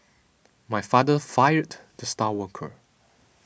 my father fired the star worker